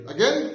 Again